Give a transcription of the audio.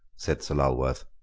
said sir lulworth.